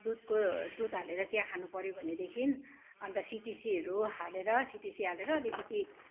दुधको दुध हालेर चिया खानु पऱ्यो भनेदेखि अन्त सिटिसीहरू हालेर सिटिसी हालेर अलिकिति